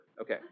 Okay